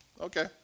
Okay